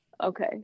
Okay